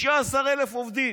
16,000 עובדים,